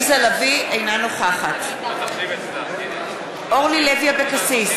אינה נוכחת אורלי לוי אבקסיס,